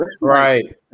Right